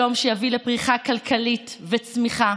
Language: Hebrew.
שלום שיביא לפריחה כלכלית וצמיחה,